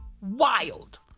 Wild